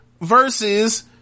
versus